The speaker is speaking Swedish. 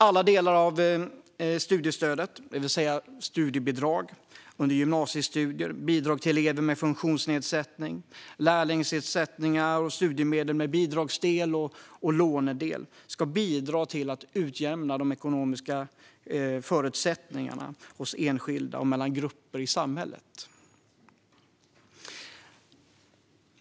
Alla delar av studiestödet, det vill säga studiebidrag under gymnasiestudier, bidrag till elever med funktionsnedsättning, lärlingsersättningar och studiemedel med bidragsdel och lånedel, ska bidra till att utjämna ekonomiska förutsättningar hos enskilda och mellan grupper i samhället.